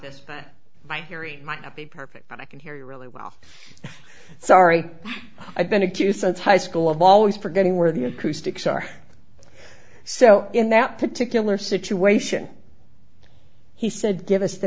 this my theory might not be perfect but i can hear you really well sorry i've been accused since high school of always forgetting where the acoustics are so in that particular situation he said give us the